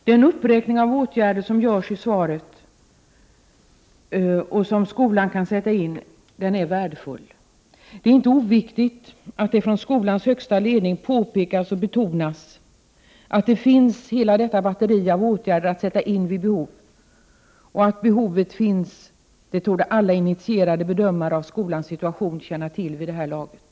Den uppräkning av åtgärder som görs i svaret, och som skolan kan sätta in, är värdefull. Det är inte oviktigt att det från skolans högsta ledning påpekas och betonas att hela detta batteri av åtgärder finns att sätta in vid behov. Att behovet finns torde alla initierade bedömare av skolans situation känna till vid det här laget.